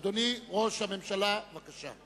אדוני ראש הממשלה, בבקשה.